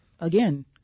again